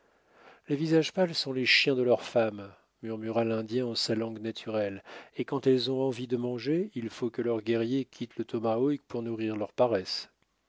les visages pâles sont les chiens de leurs femmes murmura l'indien en sa langue naturelle et quand elles ont envie de manger il faut que leurs guerriers quittent le tomahawk pour nourrir leur paresse